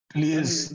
Please